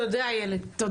תודה רבה, איילת.